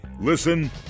Listen